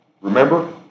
Remember